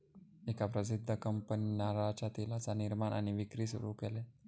एका प्रसिध्द कंपनीन नारळाच्या तेलाचा निर्माण आणि विक्री सुरू केल्यान